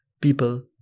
people